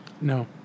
No